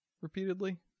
repeatedly